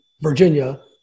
virginia